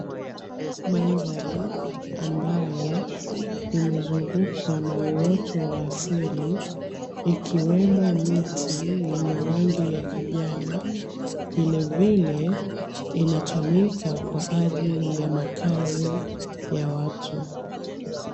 Mandhari ambayo imezungukwa na utoto wa asili, ikiwemo miti yenye rangi ya kijani vilevile inatumika kwa ajili ya makazi ya watu.